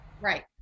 Right